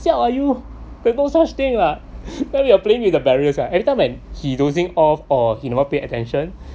siao ah you where got such thing lah you are playing with the barriers lah every time and he dozing off or he never pay attention